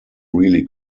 really